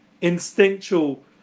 instinctual